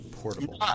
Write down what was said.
Portable